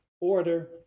order